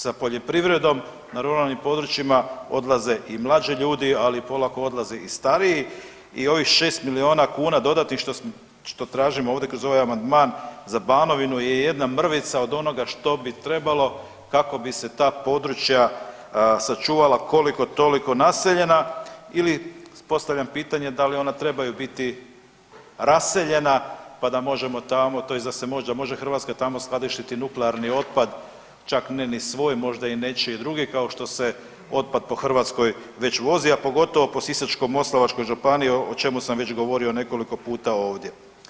Sa poljoprivredom na ruralnim područjima odlaze i mlađi ljudi, ali polako odlaze i stariji i ovih 6 miliona kuna dodatnih što tražimo ovdje kroz ovaj amandman za Banovinu je jedna mrvica od onoga što bi trebalo kako bi se ta područja sačuvala koliko toliko naseljena ili postavljam pitanje da li ona trebaju biti raseljena pa možemo tamo, tj. da se možda može Hrvatska tamo skladišti nuklearni otpad čak ne ni svoj možda i nečiji drugi kao što se otpad po Hrvatskoj već vozi, a pogotovo po Sisačko-moslavačkoj županiji o čemu sam već govorio nekoliko puta ovdje.